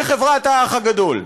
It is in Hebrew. לחברת האח הגדול.